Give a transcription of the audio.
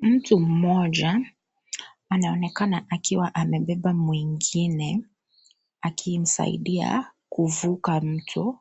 Mtu mmoja, anaonekana akiwa amebeba mwingine, akimsaidia, kuvuka mto,